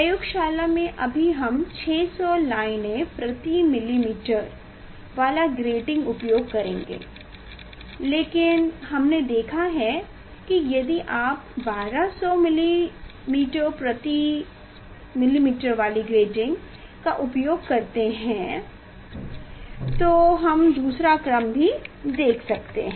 प्रयोगशाला में अभी हम 600 लाइनें प्रति मिलीमीटर वाला ग्रेटिंग उपयोग करेंगे लेकिन हमने देखा है कि यदि आप 1200 प्रति मिलीमीटर वाले ग्रेटिंग का उपयोग करते हैं तो हम दूसरा क्रम भी देख सकते हैं